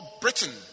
Britain